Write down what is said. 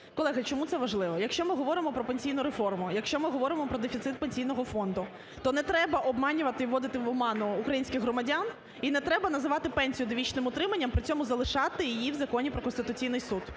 Колеги, чому це важливо. Якщо ми говоримо про пенсійну реформу, якщо ми говоримо про дефіцит Пенсійного фонду, то не треба обманювати і вводити в оману українських громадян, і не треба називати пенсію довічним утриманням, при цьому залишати її в Законі про Конституційний Суд.